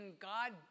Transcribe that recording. God